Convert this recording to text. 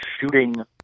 shooting